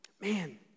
Man